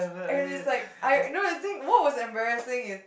and is like I you know the thing what was embarrassing is